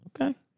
Okay